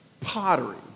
pottery